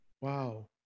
Wow